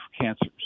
cancers